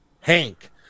Hank